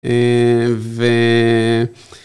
אה... ו...